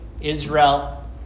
Israel